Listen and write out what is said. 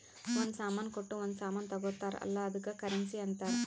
ಒಂದ್ ಸಾಮಾನ್ ಕೊಟ್ಟು ಒಂದ್ ಸಾಮಾನ್ ತಗೊತ್ತಾರ್ ಅಲ್ಲ ಅದ್ದುಕ್ ಕರೆನ್ಸಿ ಅಂತಾರ್